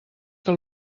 que